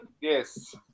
Yes